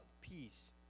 peace